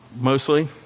mostly